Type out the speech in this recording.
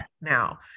Now